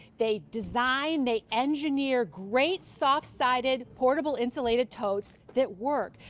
they design, they engineer great soft sided portable insulated totes that work.